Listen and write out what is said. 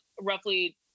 roughly